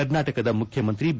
ಕರ್ನಾಟಕದ ಮುಖ್ಯಮಂತ್ರಿ ಬಿ